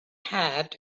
had